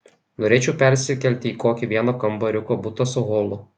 norėčiau persikelti į kokį vieno kambariuko butą su holu